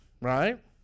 right